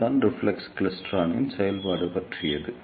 இதுதான் ரிஃப்ளெக்ஸ் கிளைஸ்ட்ரானின் செயல்பாடு பற்றியது